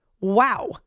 Wow